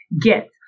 get